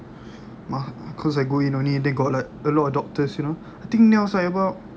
cause I go in only they got like a lot of doctors you know I think there was about